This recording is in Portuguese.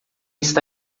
está